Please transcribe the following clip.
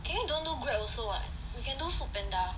can you don't do Grab also [what] can do Foodpanda